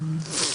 לרפואה.